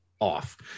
off